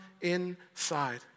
inside